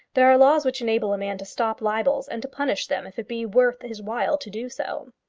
there are laws which enable a man to stop libels and to punish them if it be worth his while to do so.